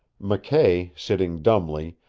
mckay, sitting dumbly,